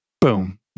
boom